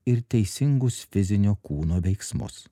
ir teisingus fizinio kūno veiksmus